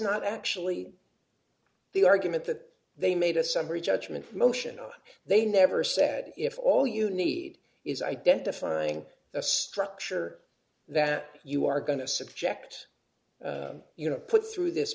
not actually the argument that they made a summary judgment motion of they never said if all you ready need is identifying a structure that you are going to subject you know put through this